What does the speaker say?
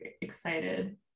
Excited